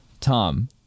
Tom